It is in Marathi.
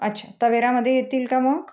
अच्छा तवेरामध्ये येतील का मग